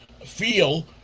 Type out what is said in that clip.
feel